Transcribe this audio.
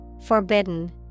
Forbidden